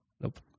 nope